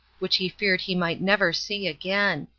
which he feared he might never see again.